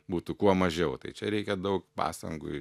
būtų kuo mažiau tai čia reikia daug pastangų